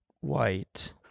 white